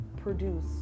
produce